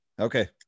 okay